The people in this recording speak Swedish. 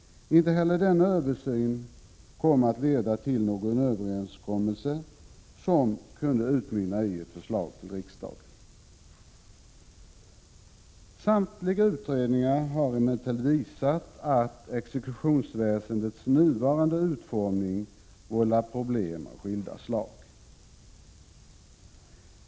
Inte heller denna översyn kom att leda till någon överenskommelse som kunde utmynna i ett förslag till riksdagen. Samtliga utredningar har emellertid visat att exekutionsväsendets nuvarande utformning vållar problem av skilda slag.